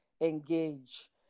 engage